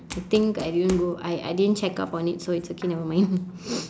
to think I didn't go I I didn't check up on it so it's okay nevermind